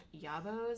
yabos